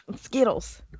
skittles